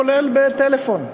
כולל בטלפון.